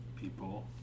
people